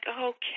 okay